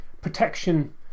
protection